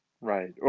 right